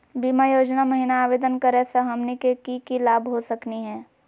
बीमा योजना महिना आवेदन करै स हमनी के की की लाभ हो सकनी हे?